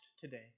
today